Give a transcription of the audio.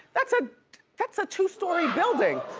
that's ah that's a two story building,